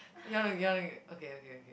okay okay